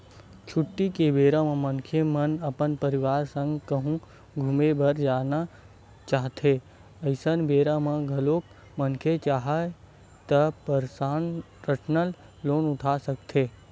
छुट्टी के बेरा म मनखे अपन परवार संग कहूँ घूमे बर जाना चाहथें अइसन बेरा म घलोक मनखे चाहय त परसनल लोन उठा सकत हे